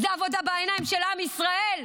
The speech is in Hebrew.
זאת עבודה בעיניים של עם ישראל.